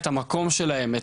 את המקום שלהם,